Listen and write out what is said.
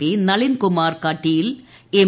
P Nalinkumar Kateel M